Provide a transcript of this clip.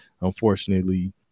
unfortunately